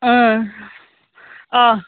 آ